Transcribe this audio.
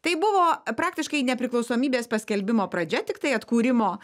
tai buvo praktiškai nepriklausomybės paskelbimo pradžia tiktai atkūrimo